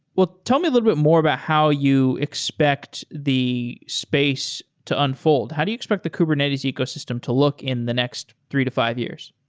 well, tell me little bit more about how you expect the space to unfold? how do you expect the kubernetes ecosystem to look in the next three to five years?